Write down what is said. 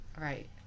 Right